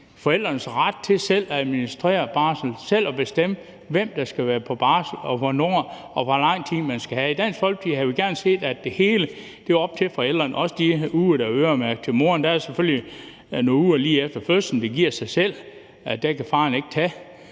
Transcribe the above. forældrenes ret til selv at administrere barsel og selv at bestemme, hvem der skal være på barsel, og hvornår og hvor lang tid man skal have. I Dansk Folkeparti havde vi gerne set, at det hele var op til forældrene, også de uger, der er øremærket til moren. Der er selvfølgelig nogle uger lige efter fødslen, hvor det giver sig selv, at faren ikke kan